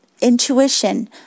intuition